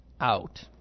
out